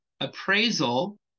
appraisal